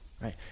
right